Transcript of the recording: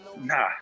Nah